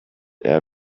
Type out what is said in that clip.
air